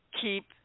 keep